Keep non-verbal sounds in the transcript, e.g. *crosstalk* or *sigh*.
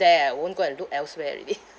there ah I won't go and look elsewhere already *laughs*